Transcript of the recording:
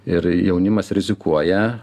ir jaunimas rizikuoja